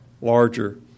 larger